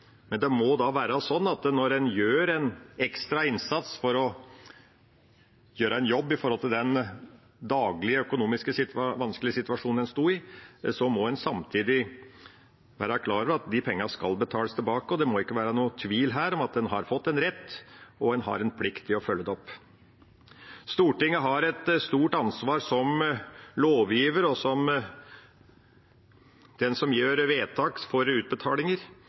men når en gjorde en ekstra innsats for daglig å gjøre en jobb i den vanskelige økonomiske situasjonen en sto i, måtte en samtidig være klar over at de pengene skulle betales tilbake. Det må ikke være noen tvil om at en har fått en rett, og en har en plikt til å følge det opp. Stortinget har som lovgiver og som den som gjør vedtak om utbetalinger,